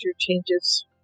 changes